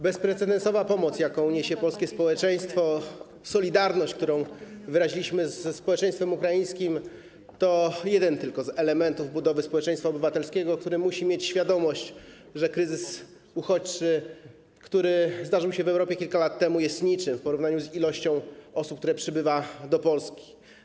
Bezprecedensowa pomoc, jaką niesie polskie społeczeństwo, solidarność, którą wyraziliśmy ze społeczeństwem ukraińskim, to jeden tylko z elementów budowy społeczeństwa obywatelskiego, które musi mieć świadomość, że kryzys uchodźczy, jaki zdarzył się w Europie kilka lat temu, jest niczym w porównaniu z ilością osób, które przybywają do Polski.